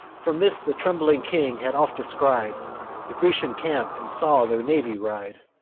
from this the trembling king had oft descried the grecian camp, and saw their navy ride.